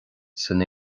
san